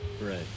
right